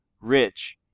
Rich